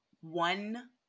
One